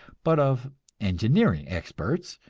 but of engineering experts,